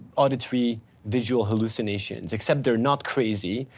auditory visual hallucinations, except they're not crazy.